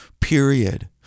period